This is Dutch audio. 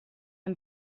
een